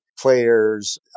players